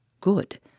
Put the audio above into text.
Good